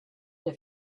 they